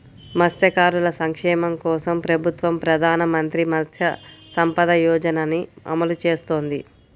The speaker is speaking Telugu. మత్స్యకారుల సంక్షేమం కోసం ప్రభుత్వం ప్రధాన మంత్రి మత్స్య సంపద యోజనని అమలు చేస్తోంది